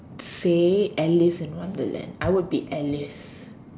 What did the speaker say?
say Alice in Wonderland I would be Alice